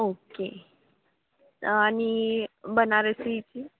okay आणि बनारसीची